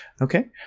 Okay